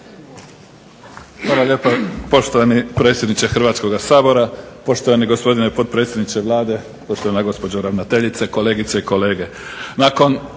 Hvala lijepo. Poštovani predsjedniče HRvatskog sabora, poštovani gospodine potpredsjedniče Vlade, poštovana gospođo ravnateljice, kolegice i kolege